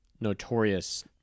notorious